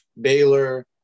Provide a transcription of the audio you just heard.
Baylor